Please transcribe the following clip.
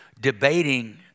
debating